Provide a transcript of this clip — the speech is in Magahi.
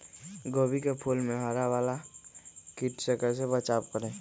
गोभी के फूल मे हरा वाला कीट से कैसे बचाब करें?